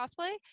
cosplay